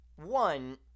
one